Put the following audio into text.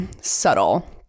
subtle